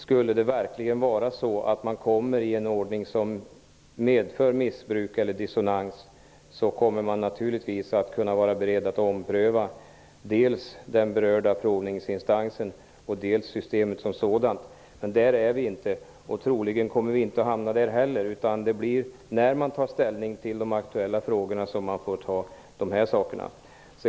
Skulle vi verkligen hamna i en ordning som medför missbruk eller dissonans, kommer man naturligtvis att vara beredd att ompröva dels den berörda provningsinstansen, dels systemet som sådant. Men där är vi inte, och troligen kommer vi inte att hamna där heller. När man tar ställning till aktuella frågorna får man ta upp också de här sakerna.